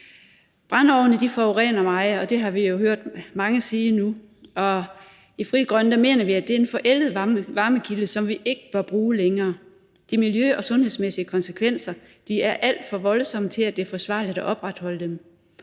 Brændeovne forurener meget, og det har vi jo hørt mange sige nu. Og i Frie Grønne mener vi, at det er en forældet varmekilde, som vi ikke bør bruge længere. De miljø- og sundhedsmæssige konsekvenser er alt for voldsomme til, at det er forsvarligt at opretholde